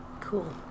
Cool